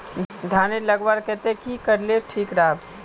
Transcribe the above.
धानेर लगवार केते की करले ठीक राब?